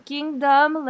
Kingdom